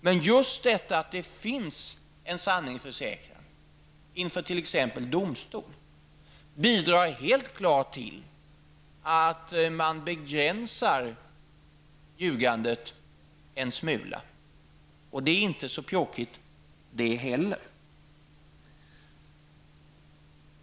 Men just att det finns en sanningsförsäkran inför t.ex. domstol bidrar helt klart till att man begränsar ljugandet en smula, och det är inte så pjåkigt det heller. Herr talman!